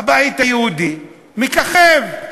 הבית היהודי מככבת,